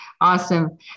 Awesome